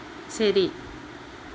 ശരി